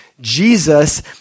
Jesus